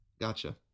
Gotcha